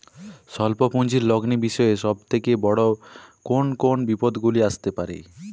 স্বল্প পুঁজির লগ্নি বিষয়ে সব থেকে বড় কোন কোন বিপদগুলি আসতে পারে?